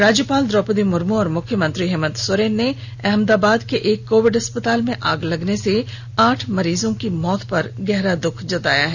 राज्यपाल द्रौपदी मुर्मू और मुख्यमंत्री हेमन्त सोरेन ने अहमदाबाद के एक कोविड अस्पताल में आग लगने से आठ मरीजों की मौत पर गहरा दुख जताया है